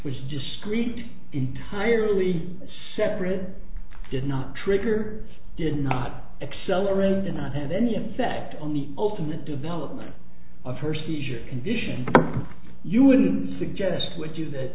which just read entirely separate did not trigger did not accelerate and not have any effect on the ultimate development of her seizure condition you wouldn't suggest would do that